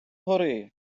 гори